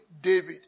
David